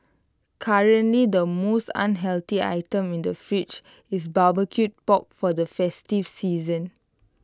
currently the most unhealthy item in the fridge is barbecued pork for the festive season